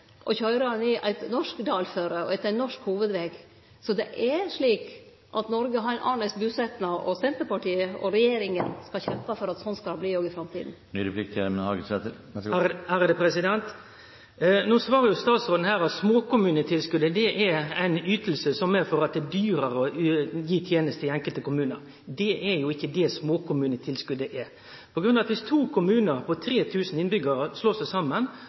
å køyre ned eit norsk dalføre og etter ein norsk hovudveg. Så det er slik at Noreg har ein annleis busetnad, og Senterpartiet og regjeringa skal kjempe for at slik skal det vere òg i framtida. No svarar statsråden at småkommunetilskotet er ei yting som er til fordi det er dyrare å gi tenester i enkelte kommunar. Det er jo ikkje det småkommunetilskotet er, for viss to kommunar med 3 000 innbyggjarar slår seg saman,